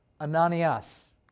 Ananias